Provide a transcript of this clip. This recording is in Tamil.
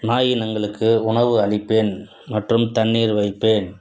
நாயினங்களுக்கு உணவு அளிப்பேன் மற்றும் தண்ணீர் வைப்பேன்